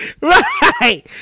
right